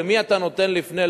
למי אתה נותן לפני,